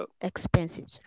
expensive